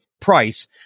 price